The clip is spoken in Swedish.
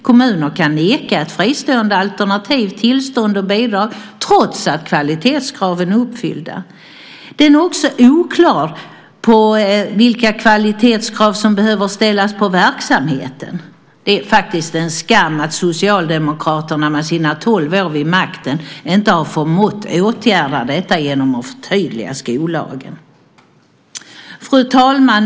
Kommuner kan neka ett fristående alternativ tillstånd och bidrag trots att kvalitetskraven är uppfyllda. Den är också oklar om vilka kvalitetskrav som behöver ställas på verksamheten. Det är faktiskt en skam att Socialdemokraterna under sina tolv år vid makten inte har förmått åtgärda detta genom att förtydliga skollagen! Fru talman!